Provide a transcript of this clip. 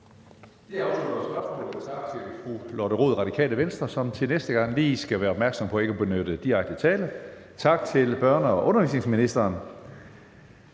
Det afslutter spørgsmålet. Tak til fru Lotte Rod, Radikale Venstre, som til næste gang lige skal være opmærksom på ikke at benytte direkte tiltale. Tak til børne- og undervisningsministeren.